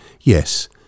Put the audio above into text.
yes